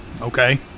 Okay